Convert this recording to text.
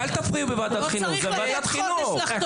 ואל תפריעו בוועדת חינוך, זו ועדת חינוך.